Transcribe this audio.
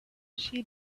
she